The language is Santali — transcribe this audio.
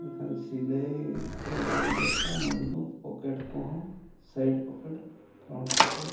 ᱢᱮᱱᱠᱷᱟᱱ ᱥᱤᱞᱟᱹᱭ ᱠᱚ ᱟᱹᱰᱤ ᱵᱮᱥᱟ ᱢᱚᱡᱵᱩᱛ ᱯᱚᱠᱮᱴ ᱠᱚᱦᱚᱸ ᱥᱟᱭᱤᱰ ᱯᱚᱠᱮᱴ ᱯᱷᱨᱚᱱᱴ ᱯᱚᱠᱮᱴ